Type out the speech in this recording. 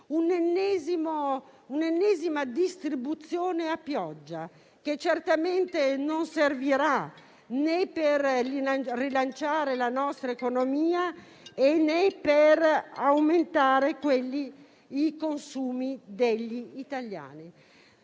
un'ennesima distribuzione a pioggia, che certamente non servirà né per rilanciare la nostra economia, né per aumentare i consumi degli italiani.